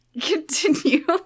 Continue